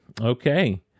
Okay